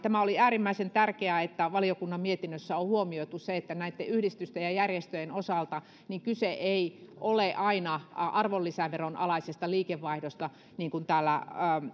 oli äärimmäisen tärkeää että valiokunnan mietinnössä on huomioitu näitten yhdistysten ja järjestöjen osalta että kyse ei ole aina arvonlisäveron alaisesta liikevaihdosta niin kuin täällä